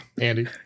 Andy